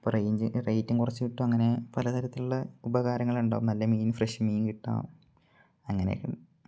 അപ്പോള് റേയ്റ്റും കുറച്ചുകിട്ടും അങ്ങനെ പലതരത്തിലുള്ള ഉപകാരങ്ങളുണ്ടാകും നല്ല മീൻ ഫ്രഷ് മീൻ കിട്ടും അങ്ങനെയൊക്കെ